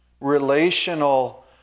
relational